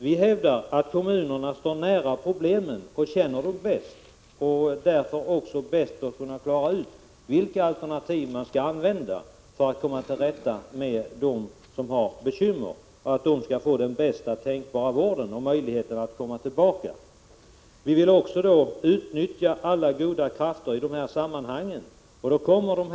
Vi hävdar att kommunerna står nära problemen och känner dem bäst och att de därför också bäst bör kunna klara ut vilka alternativ som skall komma till användning för att ge bästa tänkbara vård åt dem som har bekymmer, så att de får möjlighet till rehabilitering. Vi vill utnyttja alla goda krafter i detta sammanhang, också enskilda organisationer.